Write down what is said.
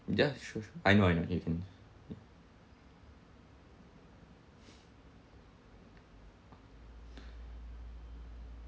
ya sure sure I know I know you can